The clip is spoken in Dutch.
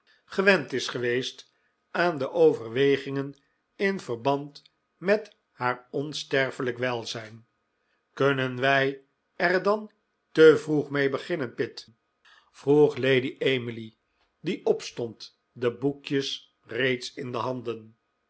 is geweest aan overwegingen in verband met haar onsterfelijk welzijn kunnen wij er dan te vroeg mee beginnen pitt vroeg lady emily die opstond de boekjes reeds in de handen